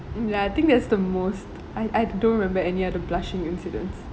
ya I think that's the most I I don't remember any other blushing incidents